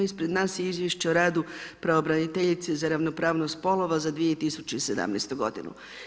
Ispred nas je Izvješće o radu pravobraniteljice za ravnopravnost spolova za 2017. godinu.